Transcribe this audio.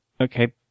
okay